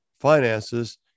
finances